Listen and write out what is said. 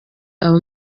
aba